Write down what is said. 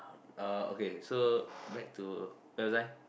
uh okay so back to where was I